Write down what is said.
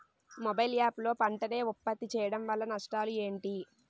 Mobile app లో పంట నే ఉప్పత్తి చేయడం వల్ల నష్టాలు ఏంటి?